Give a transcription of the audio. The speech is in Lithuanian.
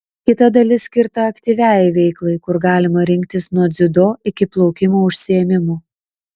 kita dalis skirta aktyviajai veiklai kur galima rinktis nuo dziudo iki plaukimo užsiėmimų